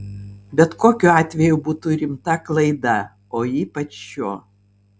bet kokiu atveju būtų rimta klaida o ypač šiuo